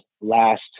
last